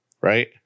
right